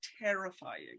terrifying